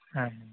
ᱦᱮᱸ